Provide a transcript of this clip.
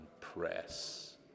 press